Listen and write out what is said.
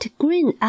green